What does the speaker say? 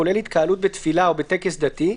כולל התקהלות בתפילה או בטקס דתי,